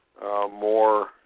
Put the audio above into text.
more